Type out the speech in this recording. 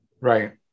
Right